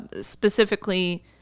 specifically